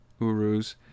Uruz